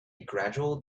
gradual